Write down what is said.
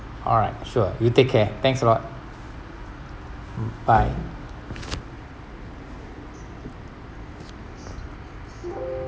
alright sure you take care thanks a lot bye